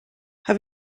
have